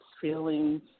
feelings